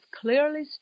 clearly